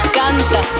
canta